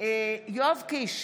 יואב קיש,